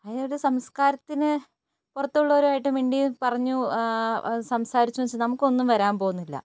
അതിനവർ സംസ്കാരത്തിന് പുറത്തുള്ളവരുമായിട്ട് മിണ്ടീം പറഞ്ഞു അത് സംസാരിച്ചു എന്നു വച്ച് നമുക്കൊന്നും വരാൻ പോവുന്നില്ല